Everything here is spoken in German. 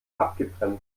abgebremst